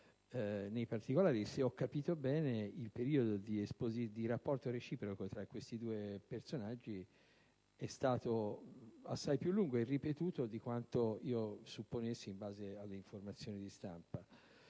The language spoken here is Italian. in parte. Se ho capito bene, il periodo di rapporto reciproco tra questi due personaggi è stato assai più lungo e ripetuto di quanto io supponessi in base alle informazioni di stampa.